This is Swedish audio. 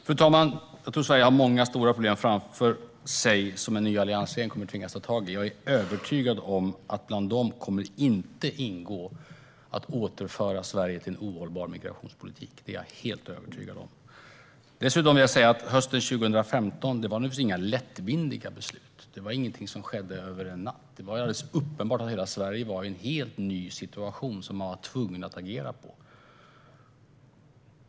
Fru talman! Jag tror att Sverige har många stora problem framför sig som en ny alliansregering kommer att tvingas ta tag i. Jag är övertygad om att det bland dem inte kommer att ingå att återföra Sverige till en ohållbar migrationspolitik. Det är jag helt övertygad om. Hösten 2015 var det inga lättvindiga beslut som fattades. Det var inget som skedde över en natt. Det var alldeles uppenbart att hela Sverige var i en helt ny situation, som man var tvungen att agera efter.